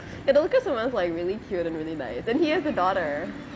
sounds like really cute and really nice and he has a daughter